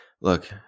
Look